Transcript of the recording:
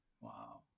Wow